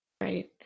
Right